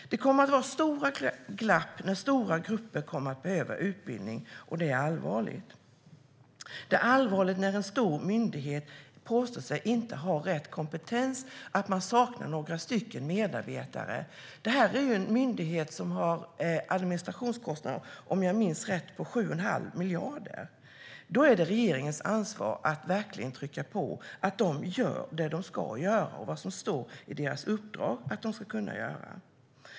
Det kommer att vara stora glapp när stora grupper kommer att behöva utbildning, och det är allvarligt. Det är allvarligt när en stor myndighet påstår sig inte ha rätt kompetens och att man saknar några medarbetare. Detta är en myndighet som har administrationskostnader på 7 1⁄2 miljard, om jag minns rätt. Då är det regeringens ansvar att verkligen trycka på så att Arbetsförmedlingen gör vad den ska göra och vad det står i dess uppdrag att den ska kunna göra.